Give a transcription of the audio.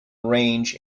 range